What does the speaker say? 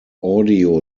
audio